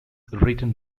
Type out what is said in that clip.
written